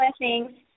blessings